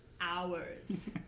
hours